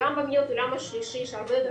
גם במדינות העולם השלישי שהרבה יותר